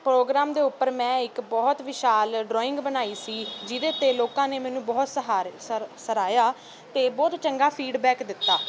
programme ਦੇ ਉੱਪਰ ਮੈਂ ਇੱਕ ਬਹੁਤ ਵਿਸ਼ਾਲ ਡਰਾਇੰਗ ਬਣਾਈ ਸੀ ਜਿਹਦੇ 'ਤੇ ਲੋਕਾਂ ਨੇ ਮੈਨੂੰ ਬਹੁਤ ਸਹਾਰ ਸਰ ਸਰਹਾਇਆ ਅਤੇ ਬਹੁਤ ਚੰਗਾ ਫੀਡਬੈਕ ਦਿੱਤਾ